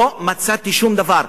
לא מצאתי שום דבר.